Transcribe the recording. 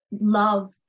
love